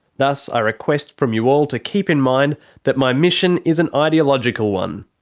thus, i request from you all to keep in mind that my mission is an ideological one.